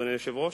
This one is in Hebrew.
אדוני היושב-ראש,